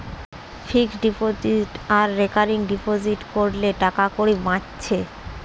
fixed deposit আর recurring deposit কোরলে টাকাকড়ি বাঁচছে